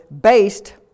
based